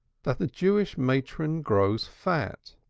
that the jewish matron grows fat.